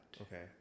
Okay